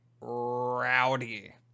rowdy